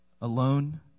alone